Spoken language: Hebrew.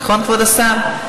נכון, כבוד השר?